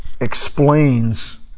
explains